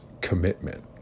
commitment